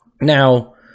Now